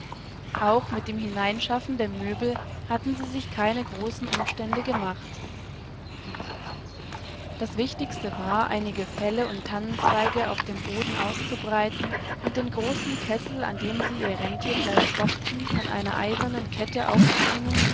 auch mit dem hineinschaffen der möbel hatten sie sich keine großen umstände gemacht das wichtigste war einige felle undtannenzweige auf dem boden auszubreiten und den großenkessel indemsieihrrenntierfleischkochten aneinereisernenkette aufzuhängen